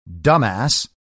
dumbass